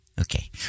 Okay